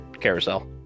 carousel